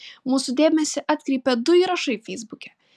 mūsų dėmesį atkreipė du įrašai feisbuke